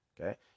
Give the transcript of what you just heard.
okay